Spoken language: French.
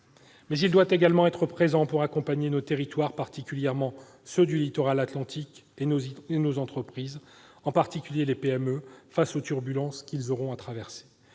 stade. Il doit également être présent pour accompagner nos territoires, particulièrement ceux du littoral atlantique, et nos entreprises, notamment les PME, face aux turbulences qu'ils auront à traverser.